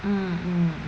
mm mm mm